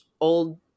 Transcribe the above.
old